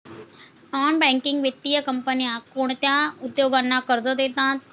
Non banking वित्तीय कंपन्या कोणत्या उद्योगांना कर्ज देतात?